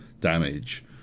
damage